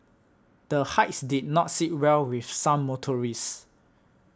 the hikes did not sit well with some motorists